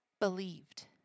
believed